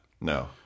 No